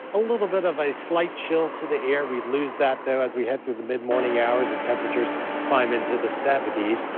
a little bit of a slight chill to the air, we lose that, though, as we head through the midmorning hours and temperatures climb into the seventy s.